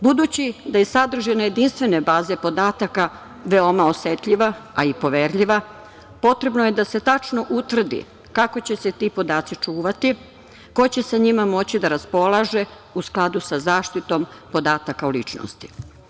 Budući da je sadržina jedinstvene baze podataka veoma osetljiva, a i poverljiva, potrebno je da se tačno utvrdi kako će se ti podaci čuvati, ko će sa njima moći da raspolaže u skladu sa zaštitom podataka o ličnosti.